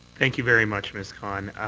thank you very much, ms. khan.